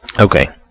okay